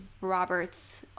robert's